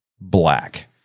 black